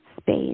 space